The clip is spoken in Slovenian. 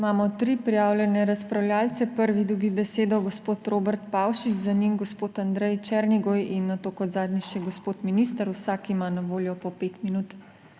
Imamo tri prijavljene razpravljavce. Prvi dobi besedo gospod Robert Pavšič, za njim gospod Andrej Černigoj in nato kot zadnji še gospod minister. Vsak ima na voljo po pet minut.